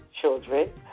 children